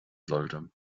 sollte